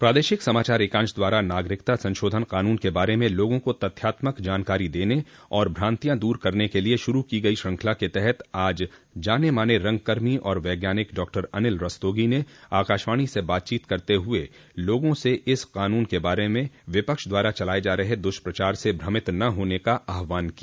प्रादेशिक समाचार एकांश द्वारा नागरिकता संशोधन क़ानून के बारे में लोगों को तथ्यात्मक जानकारी देने और भ्रांतियां दूर करने के लिए शुरू की गई श्रृंखला के तहत आज जानमाने रंगकर्मी और वैज्ञानिक डॉक्टर अनिल रस्तोगी ने आकाशवाणी से बातचीत करते हुए लोगों से इस क़ानून के बारे में विपक्ष द्वारा चलाये जा रहे दुष्प्रचार से भ्रमित न होने का आहवान किया